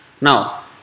Now